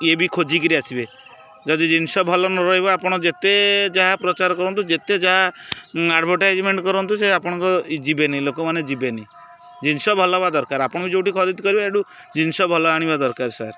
ଇଏ ବି ଖୋଜିକିରି ଆସିବେ ଯଦି ଜିନିଷ ଭଲ ନ ରହିବ ଆପଣ ଯେତେ ଯାହା ପ୍ରଚାର କରନ୍ତୁ ଯେତେ ଯାହା ଆଡ଼ଭର୍ଟାଇଜମେଣ୍ଟ୍ କରନ୍ତୁ ସେ ଆପଣଙ୍କ ଯିବେନି ଲୋକମାନେ ଯିବେନି ଜିନିଷ ଭଲ ହବା ଦରକାର ଆପଣ ବି ଯେଉଁଠି ଖରିଦ୍ କରିବ ଏଇଠୁ ଜିନିଷ ଭଲ ଆଣିବା ଦରକାର ସାର୍